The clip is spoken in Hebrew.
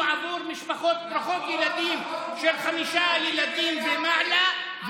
עבור משפחות ברוכות ילדים של חמישה ילדים ומעלה,